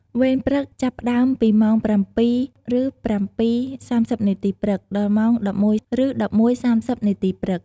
វេនព្រឹកចាប់ផ្ដើមពីម៉ោង៧:០០ឬ ៧:៣០នាទីព្រឹក ដល់ម៉ោង ១១:០០ ឬ ១១:៣០នាទីព្រឹក។